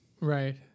Right